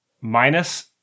minus